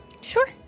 Sure